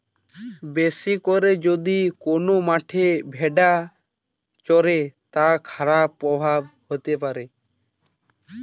বেশি করে যদি কোন মাঠে ভেড়া চরে, তার খারাপ প্রভাব হতে পারে